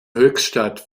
höchstadt